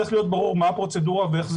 צריך להיות ברור מה הפרוצדורה ואיך זה